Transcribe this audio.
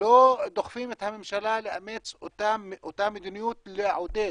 לא דוחפים את הממשלה לאמץ אותה מדיניות לעודד